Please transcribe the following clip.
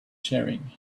sharing